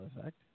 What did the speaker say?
effect